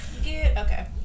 Okay